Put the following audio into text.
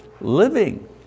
living